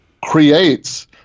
creates –